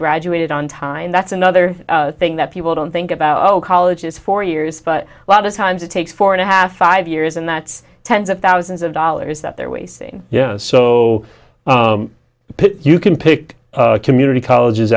graduated on time and that's another thing that people don't think about colleges for years but a lot of times it takes four and a half five years and that's tens of thousands of dollars that they're wasting you know so you can pick community colleges